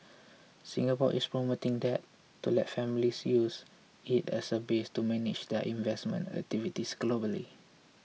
Singapore is promoting that to let families use it as a base to manage their investment activities globally